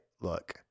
look